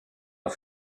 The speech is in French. ont